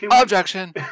objection